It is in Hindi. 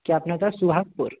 क्या अपना था सुहागपुर